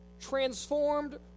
transformed